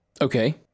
okay